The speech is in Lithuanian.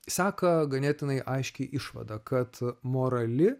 seka ganėtinai aiški išvada kad morali